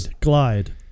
Glide